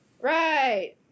Right